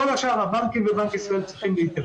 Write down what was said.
בכל השאר הבנקים ובנק ישראל צריכים להתייחס.